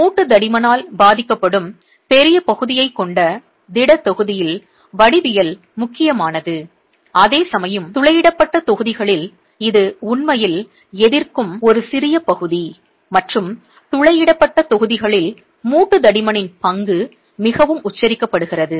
மூட்டுத் தடிமனால் பாதிக்கப்படும் பெரிய பகுதியைக் கொண்ட திடத் தொகுதியில் வடிவியல் முக்கியமானது அதேசமயம் துளையிடப்பட்ட தொகுதிகளில் இது உண்மையில் எதிர்க்கும் ஒரு சிறிய பகுதி மற்றும் துளையிடப்பட்ட தொகுதிகளில் மூட்டு தடிமனின் பங்கு மிகவும் உச்சரிக்கப்படுகிறது